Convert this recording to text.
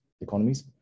economies